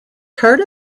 heard